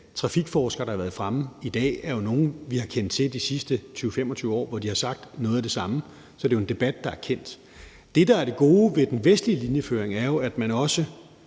trafikforskere, der har været fremme i dag, er jo nogle, vi har kendt til de sidste 20-25 år, hvor de har sagt noget af det samme. Så det er jo en debat, der er kendt. Det, der er det gode ved den vestlige linjeføring, er, at man også